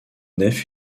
nef